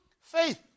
faith